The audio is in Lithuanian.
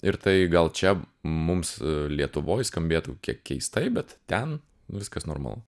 ir tai gal čia mums lietuvoj skambėtų kiek keistai bet ten viskas normalu